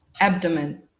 abdomen